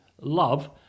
love